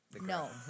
no